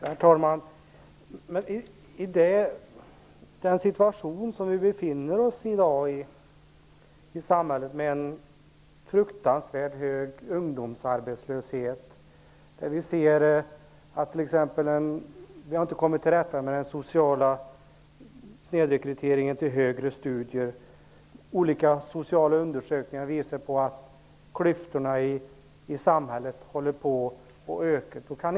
Herr talman! I dag befinner vi oss i samhället i en situation med en fruktansvärt hög ungdomsarbetslöshet. Vi har inte kommit till rätta med den sociala snedrekryteringen till högre studier. Olika sociala undersökningar visar att klyftorna i samhället håller på att öka.